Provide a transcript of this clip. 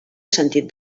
sentit